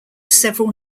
several